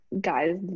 guys